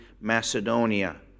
Macedonia